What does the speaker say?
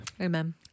Amen